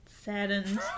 saddened